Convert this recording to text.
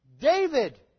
David